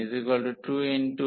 5